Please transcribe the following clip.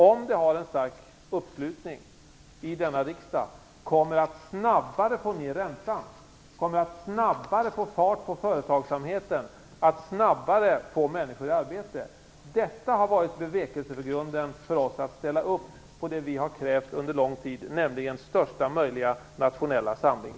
Om det finns en stark uppslutning bakom det i denna riksdag kommer vi att snabbare få ner räntan, snabbare få fart på företagsamheten och snabbare få människor i arbete. Detta har varit bevekelsegrunden för oss för att ställa upp på det som vi har krävt under lång tid, nämligen största möjliga nationella samling.